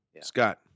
Scott